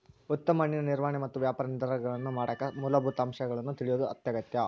ಉತ್ತಮ ಹಣ್ಣಿನ ನಿರ್ವಹಣೆ ಮತ್ತು ವ್ಯಾಪಾರ ನಿರ್ಧಾರಗಳನ್ನಮಾಡಕ ಮೂಲಭೂತ ಅಂಶಗಳನ್ನು ತಿಳಿಯೋದು ಅತ್ಯಗತ್ಯ